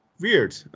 Weird